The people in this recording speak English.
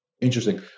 interesting